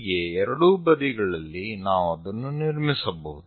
ಹೀಗೆ ಎರಡೂ ಬದಿಗಳಲ್ಲಿ ನಾವು ಅದನ್ನು ನಿರ್ಮಿಸಬಹುದು